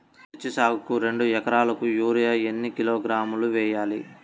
మిర్చి సాగుకు రెండు ఏకరాలకు యూరియా ఏన్ని కిలోగ్రాములు వేయాలి?